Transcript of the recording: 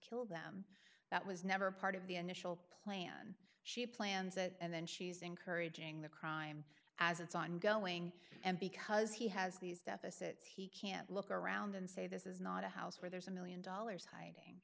kill them that was never part of the initial plan she plans and then she's encouraging the crime as it's ongoing and because he has these deficits he can't look around and say this is not a house where there's a one million dollars hiding